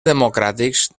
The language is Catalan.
democràtics